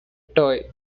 toy